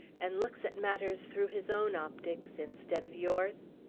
and looks at matters through his own optics, instead of yours?